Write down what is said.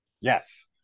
Yes